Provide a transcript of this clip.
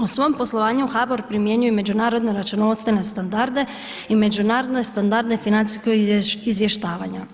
U svom poslovanju HBOR primjenjuje međunarodne računovodstvene standarde i međunarodne standarde financijskog izvještavanja.